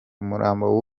umurambo